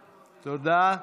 בעד, תודה.